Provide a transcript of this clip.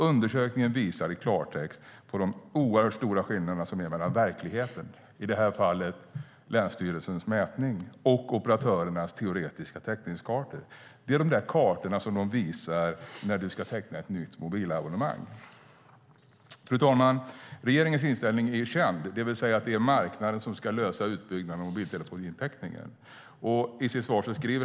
Undersökningen visar i klartext på de oerhört stora skillnaderna mellan verkligheten, i det här fallet länsstyrelsens mätning, och operatörernas teoretiska täckningskartor. Det är de kartor som de visar när du ska teckna ett nytt mobilabonnemang. Fru talman! Regeringens inställning är känd, nämligen att det är marknaden som ska lösa utbyggnaden och täckningen av mobiltelefoni.